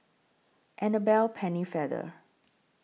Annabel Pennefather